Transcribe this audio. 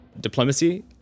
Diplomacy